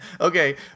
Okay